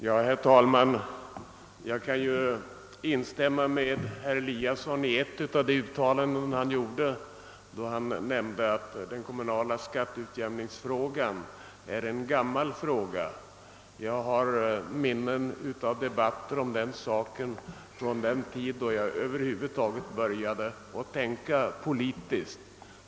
Herr talman! Jag kan instämma i ett av de uttalanden som herr Eliasson i Sundborn gjorde, nämligen när han sade att frågan om den kommunala skatteutjämningen är en gammal fråga. Jag har minnen av debatter om denna sak från den tid då jag över huvud taget började tänka politiskt.